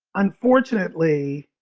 unfortunately,